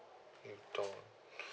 you don't